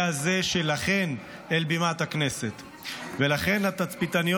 תמשיכו לפנות ולכתוב.